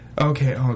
Okay